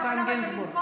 שתיתן לאמסלם,